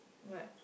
what